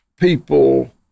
people